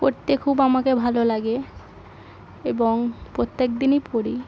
পড়তে খুব আমাকে ভালো লাগে এবং প্রত্যেক দিনই পড়ি